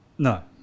No